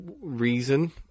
reason